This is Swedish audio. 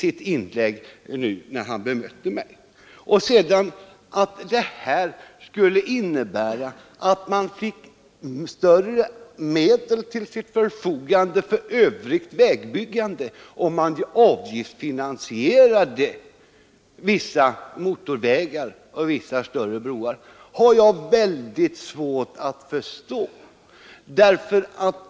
Vidare sade herr Clarkson att vi skulle få mera pengar att förfoga över för annat vägbyggande, om vi avgiftsfinansierade vissa motorvägar och större broar. Det har jag väldigt svårt att förstå.